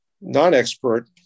non-expert